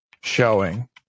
Showing